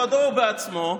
בכבודו ובעצמו,